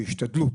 בהשתדלות,